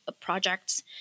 projects